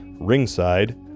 Ringside